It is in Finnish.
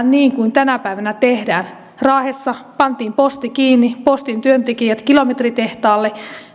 niin kuin tänä päivänä tehdään raahessa pantiin posti kiinni postin työntekijät kilometritehtaalle